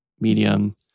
Medium